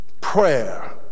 prayer